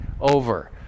over